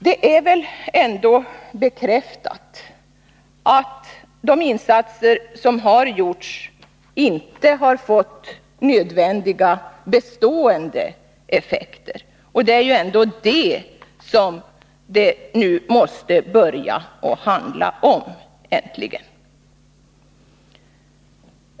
Det är väl ändå bekräftat att de insatser som har gjorts inte fått nödvändiga bestående effekter. Det är ju ändå det som det nu äntligen måste börja handla om.